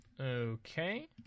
Okay